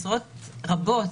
עשרות רבות,